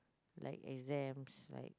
like exams like